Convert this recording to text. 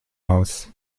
aus